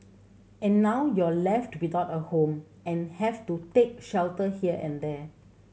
and now you're left without a home and have to take shelter here and there